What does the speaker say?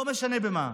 לא משנה במה,